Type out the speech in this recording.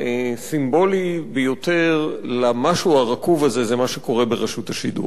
הסימבולי ביותר למשהו הרקוב הזה זה מה שקורה ברשות השידור.